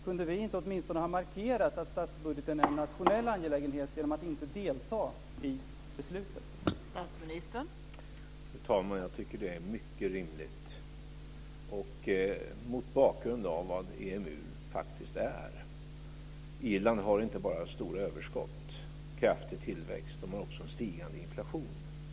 Kunde vi inte åtminstone ha markerat att statsbudgeten är en nationell angelägenhet genom att inte delta i beslutet?